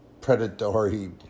predatory